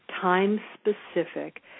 time-specific